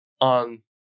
on